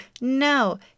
No